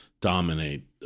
dominate